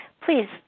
Please